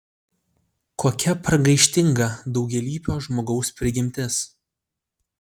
kokia pragaištinga daugialypio žmogaus prigimtis